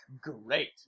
great